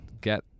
get